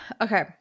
Okay